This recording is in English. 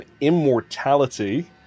immortality